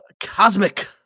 cosmic